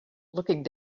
looking